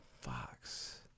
Fox